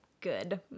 good